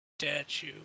Statue